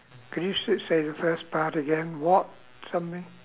could you s~ say the first part again what something